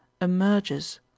emerges